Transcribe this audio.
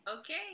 Okay